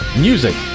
Music